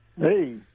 Hey